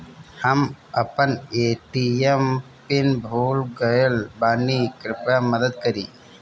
हम अपन ATM PIN भूल गएल बानी, कृपया मदद करीं